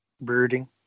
Brooding